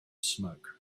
smoke